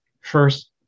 First